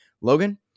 Logan